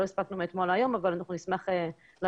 לא הספקנו מאתמול להיום אבל אנחנו נשמח להעביר